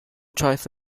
choice